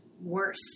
worse